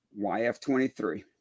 YF-23